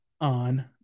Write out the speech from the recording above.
On